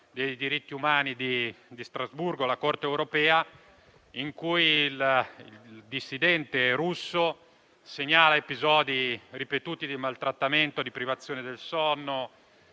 dei diritti umani di Strasburgo, in cui il dissidente russo segnala episodi ripetuti di maltrattamento, di privazione del sonno,